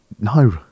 No